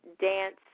dance